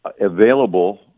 available